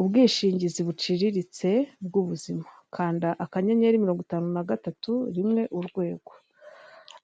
Ubwishingizi buciriritse bw'ubuzima, kanda akanyenyeri mirongo itanu na gatatu, rimwe urwego,